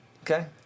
Okay